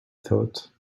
thought